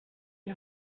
die